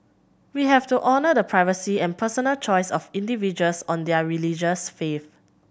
we have to honour the privacy and personal choice of individuals on their religious faith